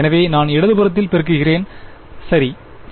எனவே நான் இடது புறத்தில் பெருக்குகிறேன் சரி செய